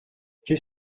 qu’est